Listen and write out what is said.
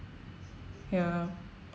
ya